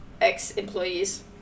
ex-employees